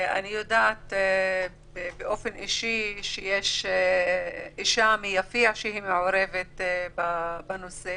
אני יודעת באופן אישי שיש אישה מיפיע שמעורבת בנושא.